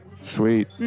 Sweet